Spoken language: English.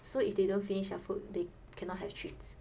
so if they don't finish their food they cannot have treats